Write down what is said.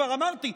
כבר אמרתי,